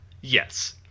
Yes